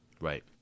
Right